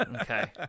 Okay